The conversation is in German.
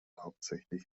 hauptsächlich